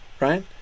right